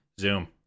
Zoom